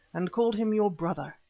and called him your brother.